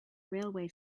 railway